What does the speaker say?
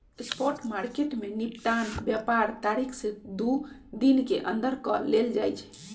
spot market में निपटान व्यापार तारीख से दू दिन के अंदर कऽ लेल जाइ छइ